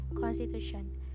constitution